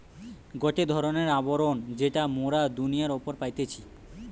গটে ধরণের আবরণ যেটা মোরা দুনিয়ার উপরে পাইতেছি